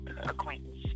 acquaintance